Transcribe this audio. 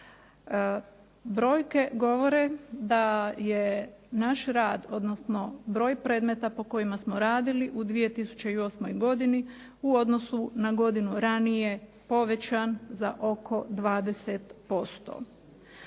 Brojke govore da je naš rad odnosno broj predmeta po kojima smo radili u 2008. godini u odnosu na godinu ranije povećan za oko 20%.